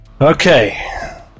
Okay